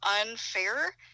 unfair